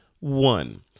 One